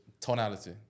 Tonality